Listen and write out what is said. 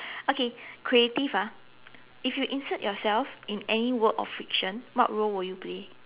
okay creative ah if you insert yourself in any work of fiction what role will you play